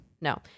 no